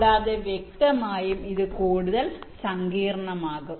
കൂടാതെ വ്യക്തമായും ഇത് കൂടുതൽ സങ്കീർണമാകും